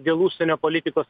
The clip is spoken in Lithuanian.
dėl užsienio politikos